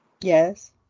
Yes